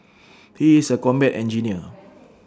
he is A combat engineer